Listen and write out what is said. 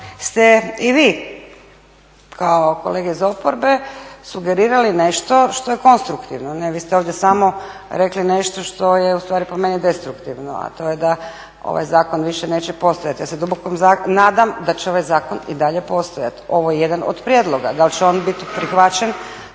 ste i vi kao i kolege iz oporbe sugerirali nešto što je konstruktivno. Ne, vi ste ovdje samo rekli nešto što je ustvari po meni destruktivno a to je da ovaj zakon više neće postojati. Ja se duboko nadam da će ovaj zakon i dalje postojati. Ovo je jedan od prijedloga, da li će on biti prihvaćen